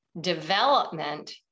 development